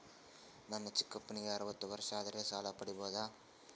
ನನ್ನ ಚಿಕ್ಕಪ್ಪನಿಗೆ ಅರವತ್ತು ವರ್ಷ ಆದರೆ ಸಾಲ ಪಡಿಬೋದ?